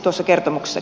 kysynkin